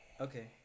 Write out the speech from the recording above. Okay